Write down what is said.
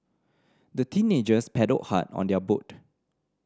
the teenagers paddled hard on their boat